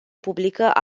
publică